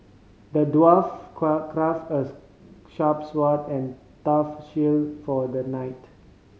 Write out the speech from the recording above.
the dwarf crafted a sharp sword and a tough shield for the knight